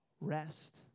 Rest